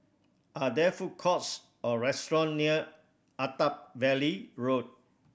are there food courts or restaurant near Attap Valley Road